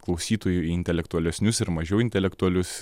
klausytojų į intelektualesnius ir mažiau intelektualius